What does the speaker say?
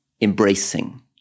embracing